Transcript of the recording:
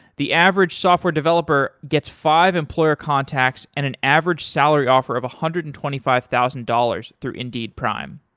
the average software developer gets five employer contacts and an average salary offer of a one hundred and twenty five thousand dollars through indeed prime.